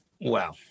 Wow